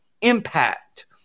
impact